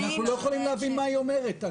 אנחנו לא יכולים להבין מה היא אומרת.